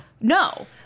No